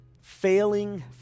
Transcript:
failing